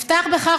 אפתח בכך,